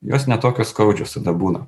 jos ne tokios skaudžios tada būna